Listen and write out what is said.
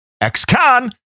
Ex-con